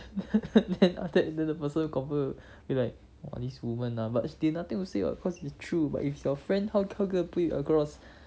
then after that another person confirm be like !wah! this woman ah but they nothing to say [what] cause it's true but if your friend how you gonna put it across